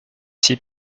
six